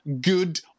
good